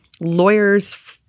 lawyers